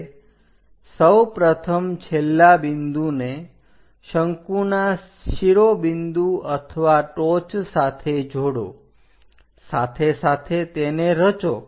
હવે સૌપ્રથમ છેલ્લા બિંદુને શંકુના શિરોબિંદુ અથવા ટોચ સાથે જોડો સાથે સાથે તેને રચો